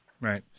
Right